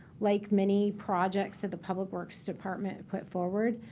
like many projects that the public works department put forward,